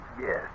Yes